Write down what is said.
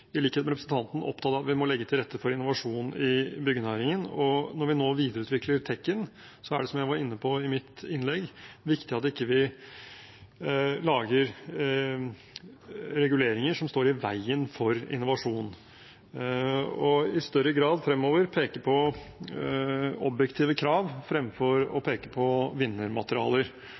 i likhet med representanten – opptatt av at vi må legge til rette for innovasjon i byggenæringen. Når vi nå videreutvikler TEK, er det, som jeg var inne på i innlegget mitt, viktig at vi ikke lager reguleringer som står i veien for innovasjon, og i større grad fremover peker på objektive krav fremfor å peke på vinnermaterialer.